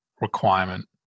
requirement